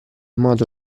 modo